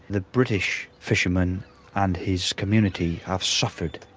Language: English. the british fisherman and his community have suffered.